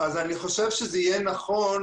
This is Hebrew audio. אני חושב שזה יהיה נכון,